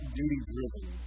duty-driven